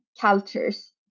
cultures